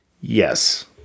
Yes